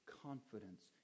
Confidence